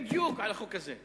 בדיוק על החוק הזה.